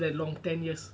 ya that long ten years